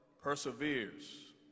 Perseveres